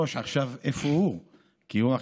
אפרופו כדורגל,